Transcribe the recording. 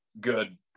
good